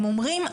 הם אומרים,